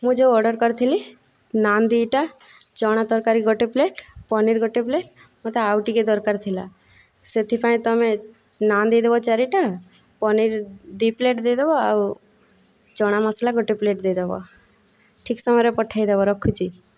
ମୁଁ ଯେଉଁ ଅର୍ଡ଼ର କରିଥିଲି ନାନ୍ ଦୁଇଟା ଚଣା ତରକାରୀ ଗୋଟିଏ ପ୍ଳେଟ ପନୀର ଗୋଟିଏ ପ୍ଳେଟ ମୋତେ ଆଉ ଟିକିଏ ଦରକାର ଥିଲା ସେ'ଥିପାଇଁ ତୁମେ ନାନ୍ ଦେଇଦେବ ଚାରିଟା ପନୀର ଦୁଇ ପ୍ଳେଟ ଦେଇଦେବ ଆଉ ଚଣା ମସଲା ଗୋଟିଏ ପ୍ଳେଟ ଦେଇଦେବ ଠିକ ସମୟରେ ପଠାଇଦେବ ରଖୁଛି